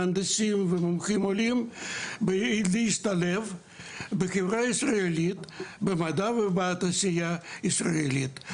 מהנדסים ומומחים עולים להשתלב בחברה הישראלית במדע ובתעשייה הישראלית.